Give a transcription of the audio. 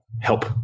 help